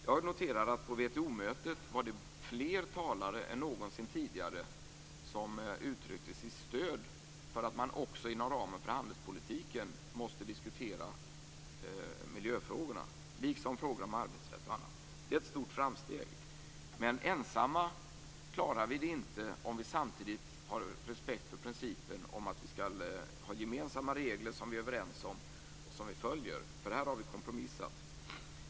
Jag noterar att på WTO-mötet var det fler talare än någonsin tidigare som uttryckte sitt stöd för att man också inom ramen för handelspolitiken måste diskutera miljöfrågor, liksom frågor om arbetsrätt och annat. Det är ett stort framsteg. Men ensamma klarar vi det inte om vi samtidigt har respekt för principen att vi skall ha gemensamma regler som vi är överens om och som vi följer. Här har vi kompromissat.